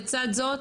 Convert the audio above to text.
לצד זאת,